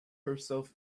herself